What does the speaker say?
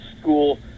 school